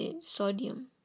sodium